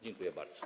Dziękuję bardzo.